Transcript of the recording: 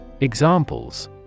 Examples